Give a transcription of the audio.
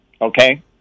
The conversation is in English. Okay